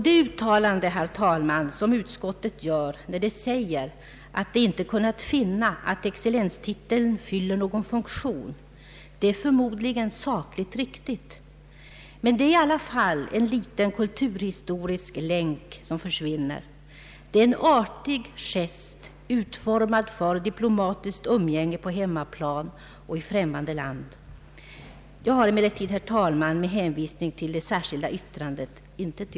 Det uttalande, herr talman, som utskottet gör när det säger att det inte kunnat finna att excellenstiteln fyller någon funkion, är förmodligen sakligt riktig. Men det är i alla fall en liten kulturhistorisk länk som försvinner, en artig gest utformad för diplomatiskt umgänge på hemmaplan och i främmande land. Jag har emellertid, herr talman, med